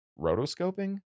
rotoscoping